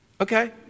Okay